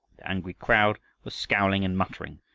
the angry crowd was scowling and muttering,